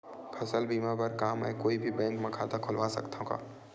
फसल बीमा बर का मैं कोई भी बैंक म खाता खोलवा सकथन का?